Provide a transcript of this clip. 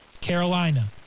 Carolina